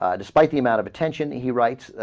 ah despite the amount of attention he writes ah.